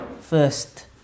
first